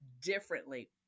differently